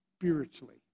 spiritually